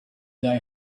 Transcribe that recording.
die